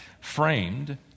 framed